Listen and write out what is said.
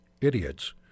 idiots